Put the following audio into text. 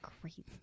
crazy